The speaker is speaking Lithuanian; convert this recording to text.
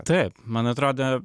taip man atrodo